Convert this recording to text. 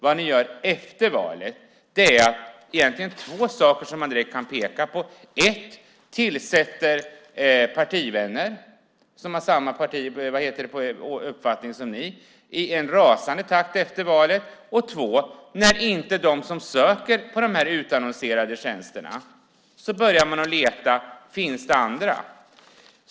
Vad ni gör efter valet är två saker som man direkt kan peka på: 1. Ni tillsätter partivänner som har samma uppfattning som ni i en rasande takt efter valet. 2. När inte dessa söker de utannonserade tjänsterna börjar ni leta efter andra.